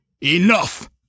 Enough